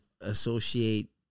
associate